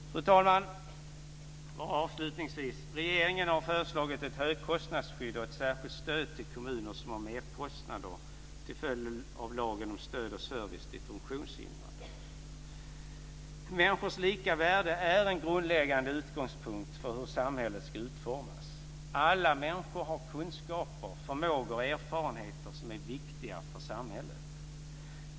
Fru talman! Regeringen har föreslagit ett högkostnadsskydd och ett särskilt stöd till kommuner som har merkostnader som en följd av lagen om stöd och service till funktionshindrade. Människors lika värde är en grundläggande utgångspunkt för hur samhället ska utformas. Alla människor har kunskaper, förmågor och erfarenheter som är viktiga för samhället.